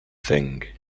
thing